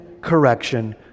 correction